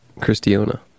Christiana